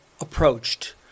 approached